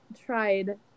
tried